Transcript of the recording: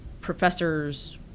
professor's